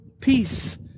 peace